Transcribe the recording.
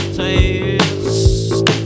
taste